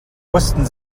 wussten